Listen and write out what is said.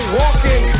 walking